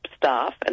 staff